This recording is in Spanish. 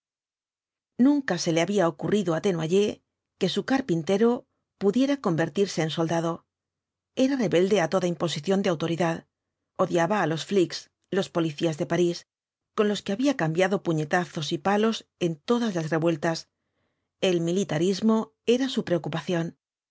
nunca se le había ocurrido á desnoyers que su carpintero pudiera convertirse en soldado era rebelde á toda imposición de autoridad odiaba á los ftics los policías de parís con los que había cambiado puñetazos y palos en todas las revueltas el militarismo era su preocupación